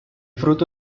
fruto